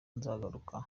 nzagaruka